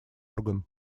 орган